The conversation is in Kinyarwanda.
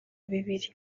bibiri